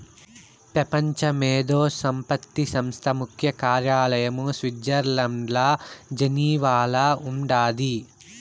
పెపంచ మేధో సంపత్తి సంస్థ ముఖ్య కార్యాలయం స్విట్జర్లండ్ల జెనీవాల ఉండాది